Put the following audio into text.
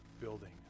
building